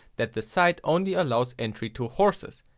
that the site only allows entry to horses.